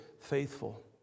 faithful